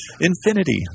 Infinity